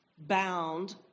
bound